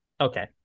Okay